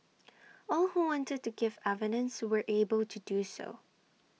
all who wanted to give evidence were able to do so